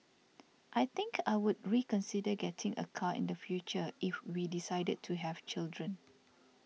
I think I would reconsider getting a car in the future if we decided to have children